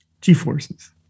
G-forces